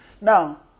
Now